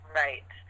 right